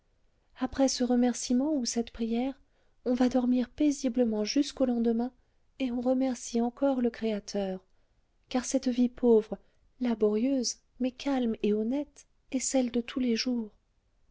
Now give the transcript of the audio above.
après ce remerciement ou cette prière on va dormir paisiblement jusqu'au lendemain et on remercie encore le créateur car cette vie pauvre laborieuse mais calme et honnête est celle de tous les jours